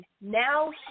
now